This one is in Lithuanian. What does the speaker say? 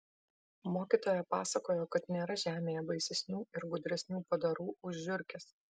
mokytoja pasakojo kad nėra žemėje baisesnių ir gudresnių padarų už žiurkes